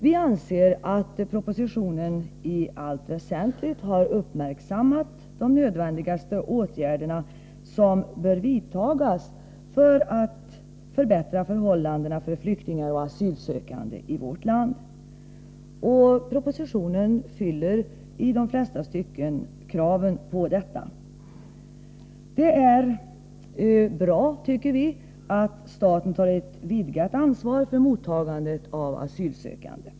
Vi anser att propositionen i allt väsentligt har uppmärksammat de åtgärder som är nödvändigast att vidta för att förbättra förhållandena för flyktingar och asylsökande i vårt land. Propositionen uppfyller alltså i de flesta stycken kraven. Det är bra, tycker vi, att staten tar ett vidgat ansvar för mottagande av asylsökande.